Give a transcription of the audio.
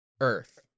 Earth